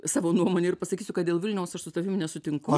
savo nuomonę ir pasakysiu kad dėl vilniaus aš su tavim nesutinku